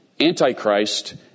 antichrist